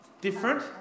Different